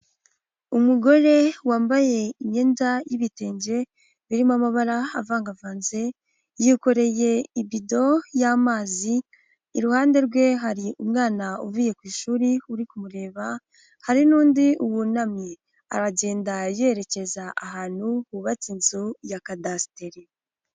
Umugore wambaye imyenda y'ibitenge birimo amabara avangavanze, y'ikoreye ibido y'amazi, iruhande rwe hari umwana uvuye ku ishuri uri kumureba hari n'undi wunamye, aragenda yerekeza ahantu hubatse inzu ya kadasiteri.